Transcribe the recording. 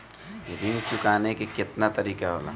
ऋण चुकाने के केतना तरीका होला?